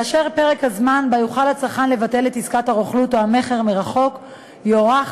פרק הזמן שבו יוכל הצרכן לבטל את עסקת הרוכלות או המכר מרחוק יוארך